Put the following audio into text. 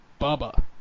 Bubba